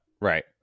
right